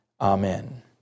Amen